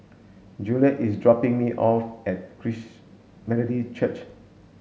Juliet is dropping me off at Christ Methodist Church